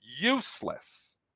useless